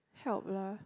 help lah